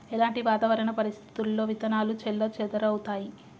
ఎలాంటి వాతావరణ పరిస్థితుల్లో విత్తనాలు చెల్లాచెదరవుతయీ?